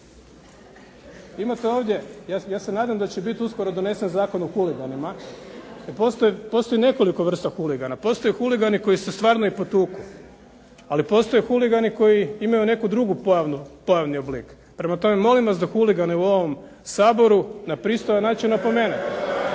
Imate ovdje, ja se nadam da će biti uskoro donesen zakon o huliganima, jer postoji nekoliko vrsta huligana. Postoje huligani koji se stvarno i potuku, ali postoje huligani koji imaju neki drugi pojavni oblik. Prema tome, molim vas da huligane u ovom Saboru na pristojan način opomene.